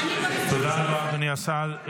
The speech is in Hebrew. תודה רבה, אדוני השר.